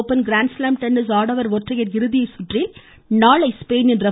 open grand slam tennis ஆடவர் ஒற்றையர் இறுதி ஆட்டத்தில் நாளை ஸ்பெயினின் ர